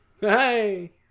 Hey